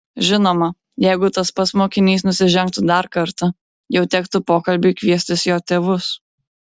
žinoma jeigu tas pats mokinys nusižengtų dar kartą jau tektų pokalbiui kviestis jo tėvus